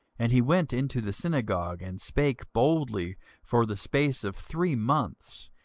and he went into the synagogue, and spake boldly for the space of three months,